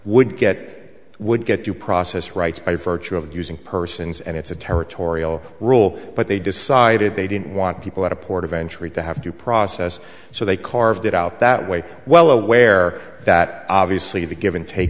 would get would get due process rights by virtue of using persons and it's a territorial rule but they decided they didn't want people at a port of entry to have to process so they carved it out that way well aware that obviously the give and take